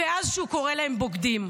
ואז שיקרא להם "בוגדים".